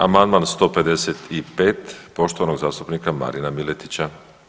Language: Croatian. Amandman 155. poštovanog zastupnika Marina Miletića.